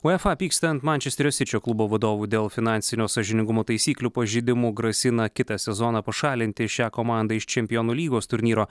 uefa pyksta ant mančesterio sičio klubo vadovų dėl finansinio sąžiningumo taisyklių pažeidimų grasina kitą sezoną pašalinti šią komandą iš čempionų lygos turnyro